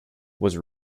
was